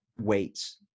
weights